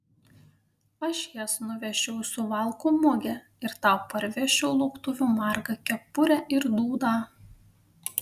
aš jas nuvežčiau į suvalkų mugę ir tau parvežčiau lauktuvių margą kepurę ir dūdą